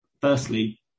firstly